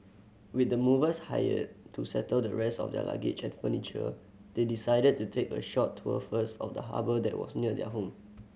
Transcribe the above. with the movers hired to settle the rest of their luggage and furniture they decided to take a short tour first of the harbour that was near their home